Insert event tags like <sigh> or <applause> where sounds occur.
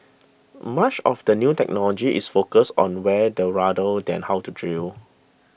much of the new technology is focused on where the <unintelligible> than how to drill